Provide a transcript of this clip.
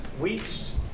weeks